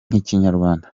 n’ikinyarwanda